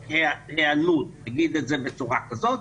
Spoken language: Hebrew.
למספיק היענות, נגיד את זה בצורה כזאת.